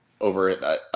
over